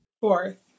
Fourth